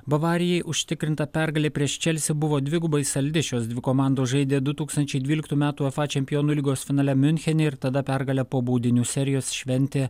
bavarijai užtikrinta pergalė prieš chelsea buvo dvigubai saldi šios dvi komandos žaidė du tūkstančiai dvyliktų metų uefa čempionų lygos finale miunchene ir tada pergalę po baudinių serijos šventė